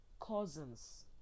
cousins